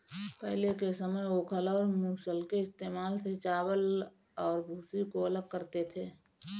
पहले के समय में ओखल और मूसल के इस्तेमाल से चावल और भूसी को अलग करते थे